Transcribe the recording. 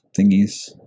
thingies